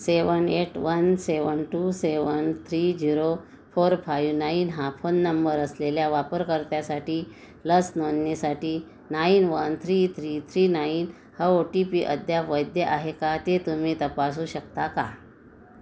seven eight one seven two seven three zero four five nine हा phone number असलेल्या वापरकर्त्यासाठी लस नोंदणीसाठी nine one three three three nine हा O T P अद्याप वैध आहे का ते तुम्ही तपासू शकता का